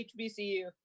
HBCU